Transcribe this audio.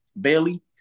Bailey